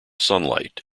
sunlight